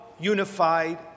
Unified